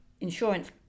insurance